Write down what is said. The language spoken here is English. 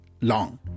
long